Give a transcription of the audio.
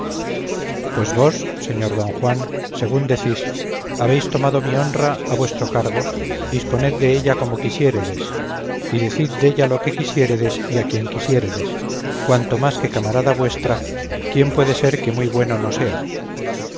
pues vos señor don juan según decís habéis tomado mi honra a vuestro cargo disponed della como quisiéredes y decid della lo que quisiéredes y a quien quisiéredes cuanto más que camarada vuestra quién puede ser que muy bueno no sea